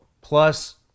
plus